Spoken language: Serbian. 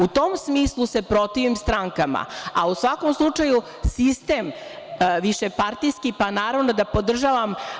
U tom smislu se protivim strankama, a u svakom slučaju sistem višepartijski, naravno, podržavam.